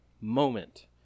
moment